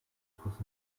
soixante